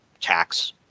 tax